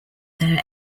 their